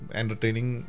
entertaining